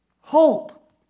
Hope